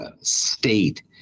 state